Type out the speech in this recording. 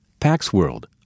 PaxWorld